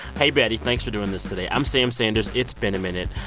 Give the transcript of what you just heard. hey, betty, thanks for doing this today. i'm sam sanders. it's been a minute.